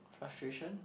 frustration